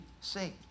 saved